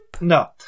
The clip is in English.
No